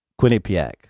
Quinnipiac